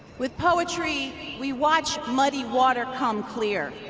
with poetry we watch muddy water come clear